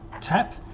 tap